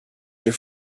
your